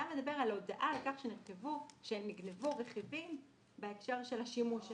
אתה מדבר על הודעה על כך שהם נגנבו רכיבים בהקשר של השימוש.